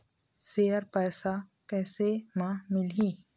Share पैसा कैसे म मिलही?